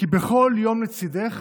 כי בכל יום לצידך